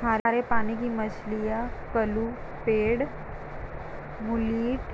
खारे पानी की मछलियाँ क्लूपीड, मुलेट,